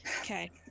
okay